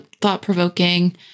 thought-provoking